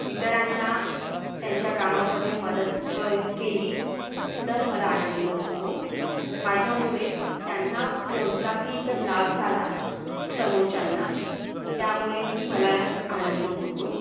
इतरांना त्यांच्या कामामध्ये मदत क केली तर मला आनंद होतो माझ्यामुळे त्यांना कोणताही जर लाभ झाला समोरच्यांना त्यामुळेही मला आनंद होतो